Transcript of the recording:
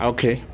Okay